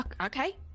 okay